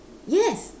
yes